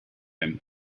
him